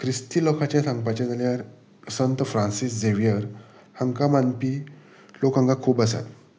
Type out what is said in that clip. क्रिस्ती लोकांचे सांगपाचे जाल्यार संत फ्रांसीस झेवियर हांकां मानपी लोक हांकां खूब आसात